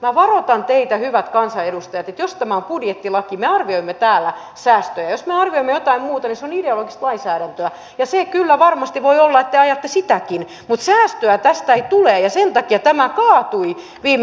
minä varoitan teitä hyvät kansanedustajat että jos tämä on budjettilaki niin me arvioimme täällä säästöjä ja jos me arvioimme jotain muuta niin se on ideologista lainsäädäntöä ja voi olla että te ajatte sitäkin mutta säästöä tästä ei tule ja sen takia tämä kaatui viime hallituskaudella